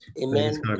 Amen